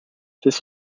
this